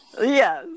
Yes